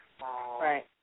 Right